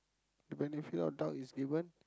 the benefit of doubt is given